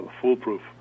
foolproof